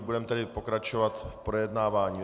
Budeme tedy pokračovat v projednávání.